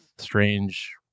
strange